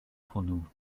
hwnnw